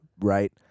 right